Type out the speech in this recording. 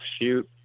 shoot